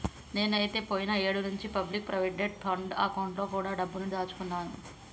నేనైతే పోయిన ఏడు నుంచే పబ్లిక్ ప్రావిడెంట్ ఫండ్ అకౌంట్ లో కూడా డబ్బుని దాచుకున్నాను